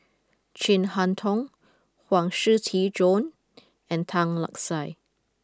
Chin Harn Tong Huang Shiqi Joan and Tan Lark Sye